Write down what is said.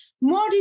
more